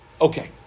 Okay